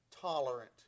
tolerant